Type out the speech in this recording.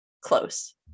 close